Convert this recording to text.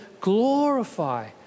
glorify